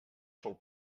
sol